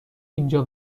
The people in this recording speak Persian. اینجا